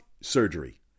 surgery